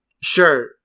sure